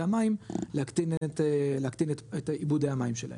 היא המים להקטין את איבודי המים שלהם.